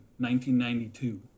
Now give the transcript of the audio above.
1992